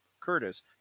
Curtis